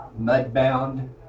Mudbound